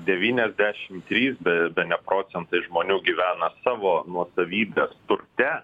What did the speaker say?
devyniasdešim trys be bene procentai žmonių gyvena savo nuosavybės turte